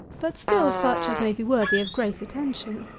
but still such as may be worthy of great attention.